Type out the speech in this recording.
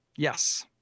Yes